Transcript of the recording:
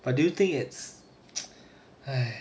but do you think it's aye